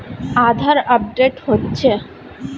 আধার update হচ্ছে?